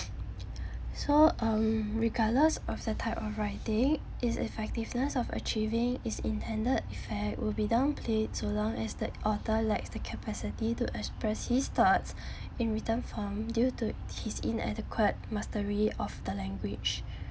so um regardless of the type of writing its effectiveness of achieving its intended effect will be downplayed so long as the author lacks the capacity to express his thoughts in written form due to his inadequate mastery of the language